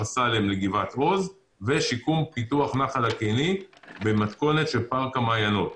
סאלם לגבעת עוז ושיקום ופיתוח נחל הקיני במתכונת של פארק המעיינות.